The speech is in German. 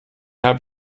hab